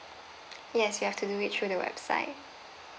yes you have to do it through the website